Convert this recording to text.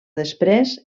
després